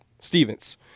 Stevens